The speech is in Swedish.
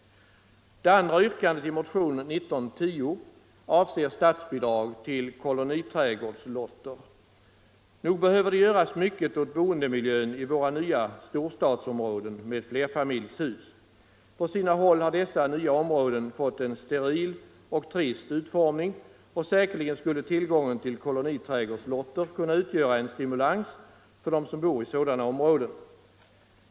Det andra yrkandet i motionen 1910 avser statsbidrag till koloniträdgårdslotter. Nog behöver det göras mycket åt boendemiljön i våra nya storstadsområden med flerfamiljshus. På sina håll har dessa nya områden fått en steril och trist utformning, och säkerligen skulle tillgång till koloniträdgårslotter kunna utgöra en stimulans för dem som bor i sådana områden.